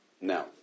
Now